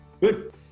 Good